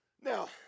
Now